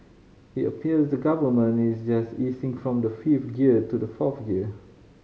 it appears the Government is just easing from the fifth gear to the fourth gear